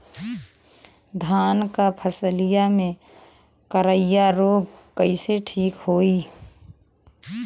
धान क फसलिया मे करईया रोग कईसे ठीक होई?